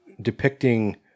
depicting